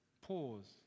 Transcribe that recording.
Pause